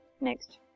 Next